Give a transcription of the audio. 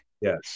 yes